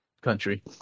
country